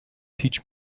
teach